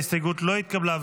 ההסתייגות לא התקבלה.